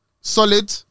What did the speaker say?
solid